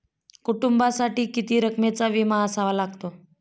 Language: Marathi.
कुटुंबासाठी किती रकमेचा विमा असावा लागतो?